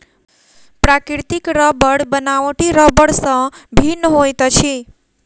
प्राकृतिक रबड़ बनावटी रबड़ सॅ भिन्न होइत अछि